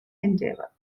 endeavour